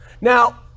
Now